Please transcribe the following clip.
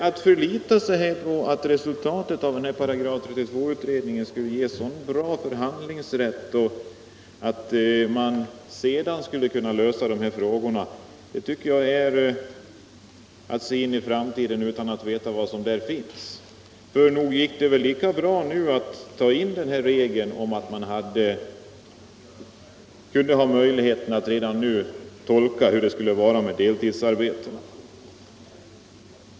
Att förlita sig på att resultatet av § 32-utredningen skulle ge en så bra förhandlingsrätt att man sedan skulle kunna lösa de här frågorna tycker jag är att se in i framtiden utan att ändå veta vad som där finns. Nog skulle det gå lika bra att nu ta in regeln om möjligheterna att tolka hur det skall bli med deltidsarbetena.